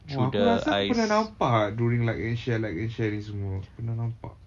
oh aku rasa aku pernah nampak during like and share like and share ni semua pernah nampak